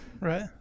Right